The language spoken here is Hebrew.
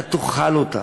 אתה תאכל אותה.